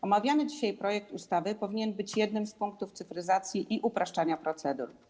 Omawiany dzisiaj projekt ustawy powinien być jednym z punktów cyfryzacji i upraszczania procedur.